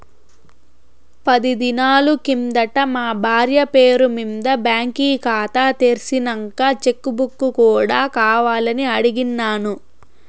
పది దినాలు కిందట మా బార్య పేరు మింద బాంకీ కాతా తెర్సినంక చెక్ బుక్ కూడా కావాలని అడిగిన్నాను